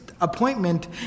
appointment